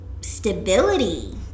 stability